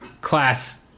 class